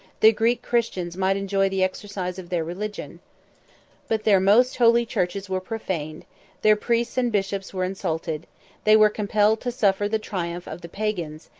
the greek christians might enjoy the exercise of their religion but their most holy churches were profaned their priests and bishops were insulted they were compelled to suffer the triumph of the pagans,